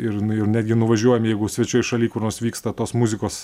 ir nu ir netgi nuvažiuojam jeigu svečioj šaly kur nors vyksta tos muzikos